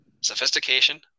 sophistication